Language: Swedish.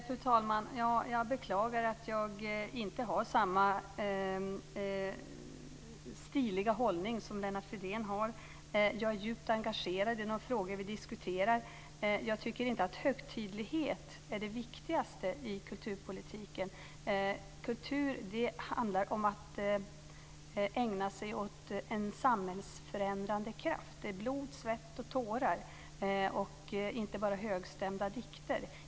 Fru talman! Jag beklagar att jag inte samma stiliga hållning som Lennart Fridén har. Jag är djupt engagerad i de frågor som vi diskuterar. Jag tycker inte att högtidlighet är det viktigaste i kulturpolitiken. Kultur handlar om att ägna sig åt en samhällsförändrande kraft, det är blod, svett och tårar, inte bara högstämda dikter.